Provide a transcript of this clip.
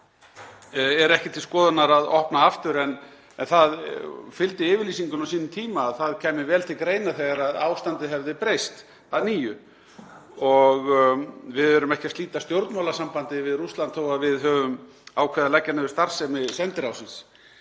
er ekki til skoðunar að opna aftur en það fylgdi yfirlýsingunni á sínum tíma að það kæmi vel til greina þegar ástandið hefði breyst að nýju. Við erum ekki að slíta stjórnmálasambandi við Rússland þó að við höfum ákveðið að leggja niður starfsemi sendiráðsins.